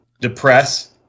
depress